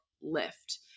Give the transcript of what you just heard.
lift